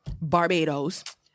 Barbados